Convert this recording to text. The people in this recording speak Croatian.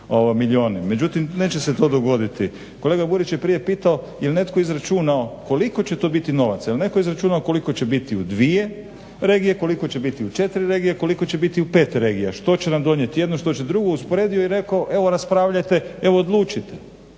međutim neće se to dogoditi. Kolega Burić je prije pitao jel netko izračunao koliko će to biti novaca jel neko izračunao koliko će bitu u dvije regije, koliko će biti u četiri regije koliko će biti u pet regija. Što će nam donijeti jedno, što će drugo, usporedio i rekao evo raspravljajte evo odlučite,